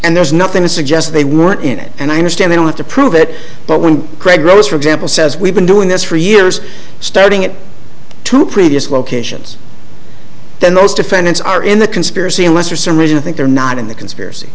and there's nothing to suggest they weren't in it and i understand they don't have to prove it but when craig gross for example says we've been doing this for years starting at two previous locations then those defendants are in the conspiracy unless for some reason i think they're not in the conspiracy